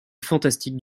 fantastique